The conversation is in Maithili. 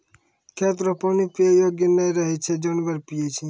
खेत रो पानी पीयै योग्य नै रहै छै जानवर पीयै छै